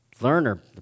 learner